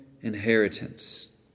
inheritance